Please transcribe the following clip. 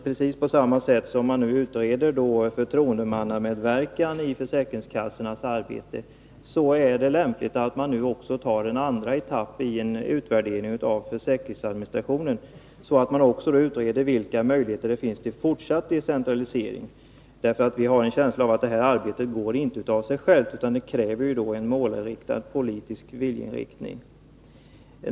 Precis på samma sätt som man utreder förtroendemannamedverkan i försäkringskassornas arbete är det lämpligt att man får till stånd en andra etapp i en utvärdering av försäkringsadministrationen, så att man också utreder vilka möjligheter som finns till fortsatt decentralisering. Vi har en känsla av att det här arbetet inte går av sig självt utan kräver en målmedveten politisk viljeinriktning.